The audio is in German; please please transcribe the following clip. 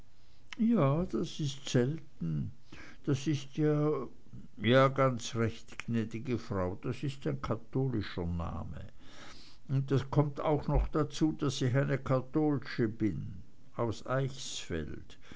ja das ist selten das ist ja ja ganz recht gnädige frau das ist ein kattolscher name und das kommt auch noch dazu daß ich eine kattolsche bin aus'n eichsfeld